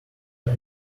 are